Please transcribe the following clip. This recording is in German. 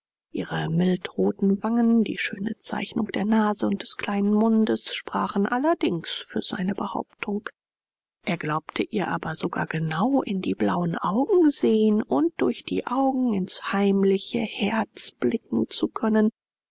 ihre mildroten wangen die schöne zeichnung der nase und des kleinen mundes sprachen allerdings für seine behauptung er glaubte ihr aber sogar genau in die blauen augen sehen und durch die augen ins heimliche herz blicken zu können